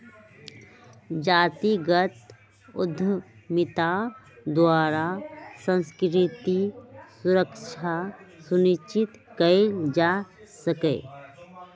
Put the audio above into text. जातिगत उद्यमिता द्वारा सांस्कृतिक सुरक्षा सुनिश्चित कएल जा सकैय